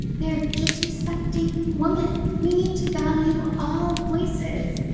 they are disrupting woman. we need to value all voices.